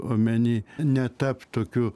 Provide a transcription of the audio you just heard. omeny netapt tokiu